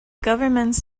governments